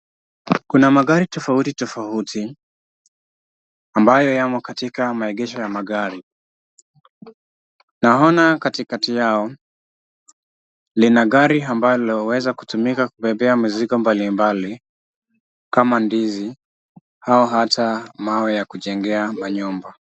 Kuna magari tofauti tofauti ambayo yamo katika maegesho ya magari. Naona katikati yao lina gari ambalo laweza kutumika kubebea mzigo mbalimbali kama ndizi au hata mawe ya kujengea manyumba.